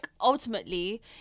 ultimately